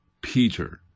Peter